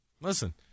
Listen